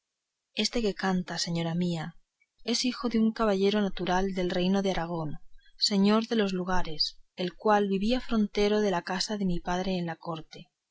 este que canta señora mía es un hijo de un caballero natural del reino de aragón señor de dos lugares el cual vivía frontero de la casa de mi padre en la corte